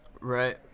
right